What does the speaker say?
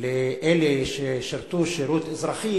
לאלה ששירתו שירות אזרחי